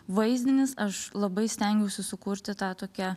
vaizdinis aš labai stengiausi sukurti tą tokią